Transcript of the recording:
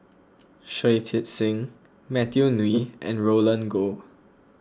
Shui Tit Sing Matthew Ngui and Roland Goh